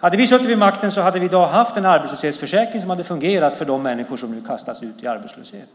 Hade vi suttit vid makten hade vi i dag haft en arbetslöshetsförsäkring som hade fungerat för de människor som nu kastas ut i arbetslöshet.